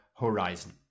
horizon